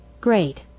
Great